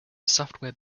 software